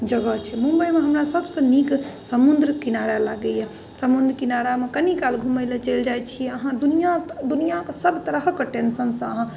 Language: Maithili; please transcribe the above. जगह छै मुम्बइमे हमरा सभ से नीक समुद्र किनारा लागैया समुद्र किनारामे कनि काल घूमैले चलि जाइत छी अहाँ दुनिया दुनियाके सभ तरहक टेंशन से अहाँ